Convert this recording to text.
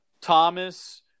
Thomas